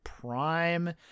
Prime